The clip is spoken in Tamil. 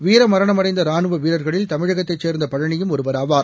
வீரமரணமடைந்த ராணுவ வீரர்களில் தமிழகத்தைச் சேர்ந்த பழனியும் ஒருவராவார்